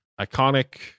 iconic